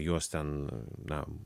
juos ten na